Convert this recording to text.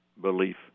belief